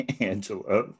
Angela